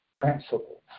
principles